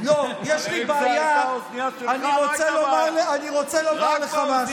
אם זאת הייתה האוזנייה שלך לא הייתה בעיה.